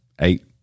eight